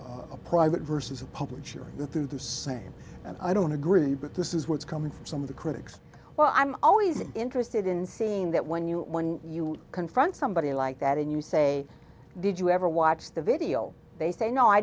a private versus public the to the same and i don't agree but this is what's coming from some of the critics well i'm always interested in seeing that when you when you confront somebody like that and you say did you ever watch the video they say no i